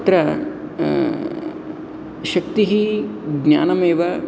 तत्र शक्तिः ज्ञानमेव